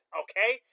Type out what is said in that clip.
okay